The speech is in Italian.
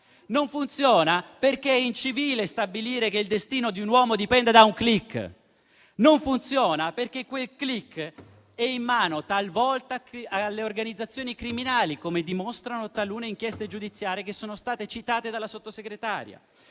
Non funziona, perché è incivile stabilire che il destino di un uomo dipende da un *click*; non funziona perché quel *click* è in mano talvolta alle organizzazioni criminali, come dimostrano talune inchieste giudiziarie che sono state citate dalla Sottosegretaria;